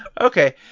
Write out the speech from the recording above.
okay